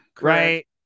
Right